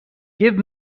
give